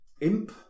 imp